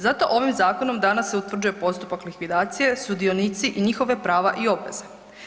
Zato ovim zakonom danas se utvrđuje postupak likvidacije, sudionici i njihova prava i obveze.